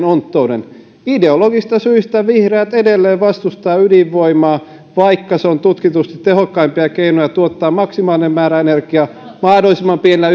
onttouden ideologisista syistä vihreät edelleen vastustavat ydinvoimaa vaikka se on tutkitusti tehokkaimpia keinoja tuottaa maksimaalinen määrä energiaa mahdollisimman pienillä